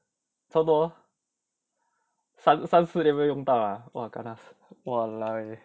差不多三四年没有用到了 lah !wah! kena !walao! eh